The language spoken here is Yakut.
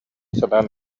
санаан